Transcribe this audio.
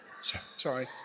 Sorry